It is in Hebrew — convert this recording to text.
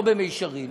לא במישרין,